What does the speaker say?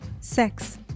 sex